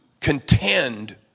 contend